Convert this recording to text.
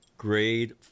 Grade